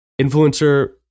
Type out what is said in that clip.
Influencer